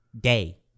day